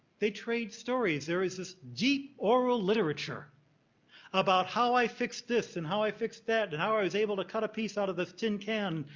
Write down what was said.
they trade stories. there is this deep oral literature about how i fixed this, and how i fixed that, and how i was able to cut a piece out of this tin can,